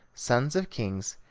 sons of kings,